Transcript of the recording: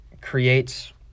creates